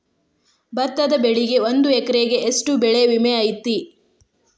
ಭತ್ತದ ಬೆಳಿಗೆ ಒಂದು ಎಕರೆಗೆ ಎಷ್ಟ ಬೆಳೆ ವಿಮೆ ಐತಿ?